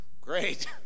great